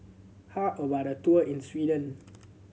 how about a tour in Sweden